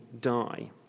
die